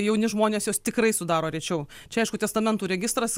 jauni žmonės juos tikrai sudaro rečiau čia aišku testamentų registras